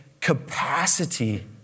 capacity